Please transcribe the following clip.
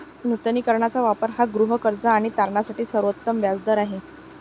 नूतनीकरणाचा वापर हा गृहकर्ज आणि तारणासाठी सर्वोत्तम व्याज दर आहे